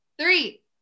Three